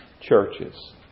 churches